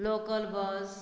local bus